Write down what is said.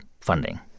funding